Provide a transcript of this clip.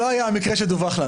זה לא היה המקרה שדווח עליו.